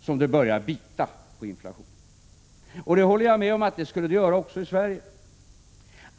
som det börjar bita på inflationen. Jag håller med om att det skulle göra det också i Sverige.